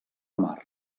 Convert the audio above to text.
mar